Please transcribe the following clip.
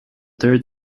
third